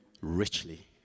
richly